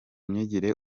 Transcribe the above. myigire